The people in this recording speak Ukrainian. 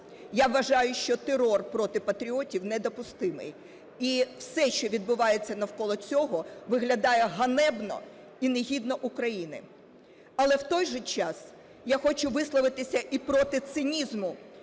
Я вважаю, що терор проти патріотів недопустимий, і все, що відбувається навколо цього, виглядає ганебно і негідно України. Але в той же час я хочу висловитися і проти цинізму,